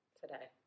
today